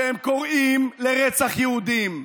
שהם קוראים לרצח יהודים,